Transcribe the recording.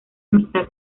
amistad